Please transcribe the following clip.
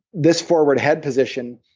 this forward head position,